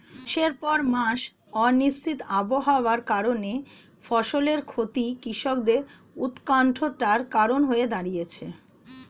মাসের পর মাস অনিশ্চিত আবহাওয়ার কারণে ফসলের ক্ষতি কৃষকদের উৎকন্ঠার কারণ হয়ে দাঁড়িয়েছে